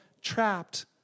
trapped